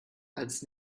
als